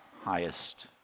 highest